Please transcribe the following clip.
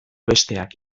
besteak